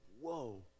whoa